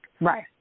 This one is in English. Right